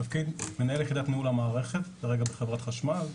מנהל יחידת ניהול המערכת כרגע בחברת חשמל,